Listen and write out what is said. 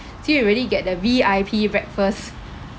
so we really get the V_I_P breakfast